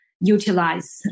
utilize